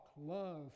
love